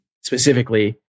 specifically